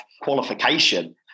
qualification